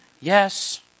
Yes